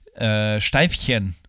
Steifchen